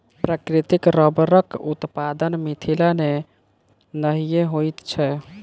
प्राकृतिक रबड़क उत्पादन मिथिला मे नहिये होइत छै